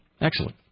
Excellent